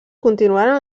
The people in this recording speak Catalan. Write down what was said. continuaren